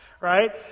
right